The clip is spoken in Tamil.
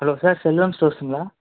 hello sir Selvam ஸ்டோர்ஸ்ஸுங்களா